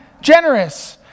generous